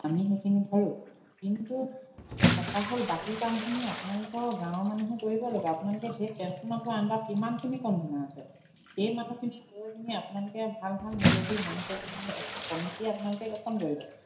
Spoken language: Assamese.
আমি সেইখিনি ধৰোঁ কিন্তু কথা হ'ল বাকী কামখিনি আপোনালোকৰ গাঁৱৰ মানুহে কৰিব লাগিব আপোনালোকে সেই টেঞ্চফৰ্মাৰটোৰ আণ্ডাৰত কিমানখিনি কনজিউমাৰ আছে সেই মানুহখিনি লৈ পিনি আপোনালোকে ভাল ভাল মূৰব্বী মানুহজন এখন কমিটি আপোনালোকে গঠন কৰিব